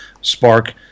Spark